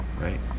right